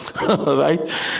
right